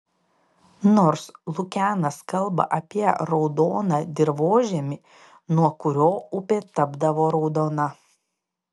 nors lukianas kalba apie raudoną dirvožemį nuo kurio upė tapdavo raudona